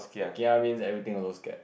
kia means everything also scared